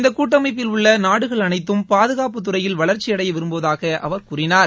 இந்த கூட்டமைப்பில் உள்ள நாடுகள் அனைத்தும் பாதகாப்புத்துறையில் வளர்ச்சியடைய விரும்புவதாக அவர் கூறினார்